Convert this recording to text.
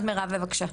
אז מירב בבקשה.